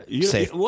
Safe